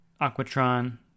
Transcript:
Aquatron